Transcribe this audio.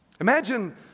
Imagine